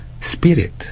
spirit